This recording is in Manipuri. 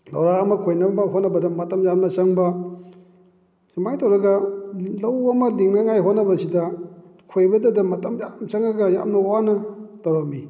ꯂꯧꯔꯥꯛ ꯑꯃ ꯈꯣꯏꯅꯕ ꯍꯣꯠꯅꯕꯗ ꯃꯇꯝ ꯌꯥꯝꯅ ꯆꯪꯕ ꯁꯨꯃꯥꯏꯅ ꯇꯧꯔꯒ ꯂꯧ ꯑꯃ ꯂꯤꯡꯅꯉꯥꯏ ꯍꯣꯠꯅꯕꯁꯤꯗ ꯈꯣꯏꯕꯇꯗ ꯃꯇꯝ ꯌꯥꯝꯅ ꯆꯪꯉꯒ ꯌꯥꯝꯅ ꯋꯥꯅ ꯇꯧꯔꯝꯃꯤ